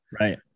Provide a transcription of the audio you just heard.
right